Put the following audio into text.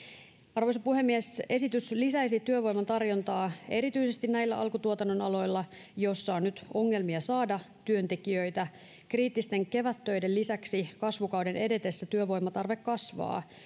arvoisa puhemies esitys lisäisi työvoiman tarjontaa erityisesti näillä alkutuotannon aloilla joilla on nyt ongelmia saada työntekijöitä kriittisten kevättöiden lisäksi kasvukauden edetessä työvoiman tarve kasvaa